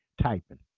typing